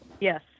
Yes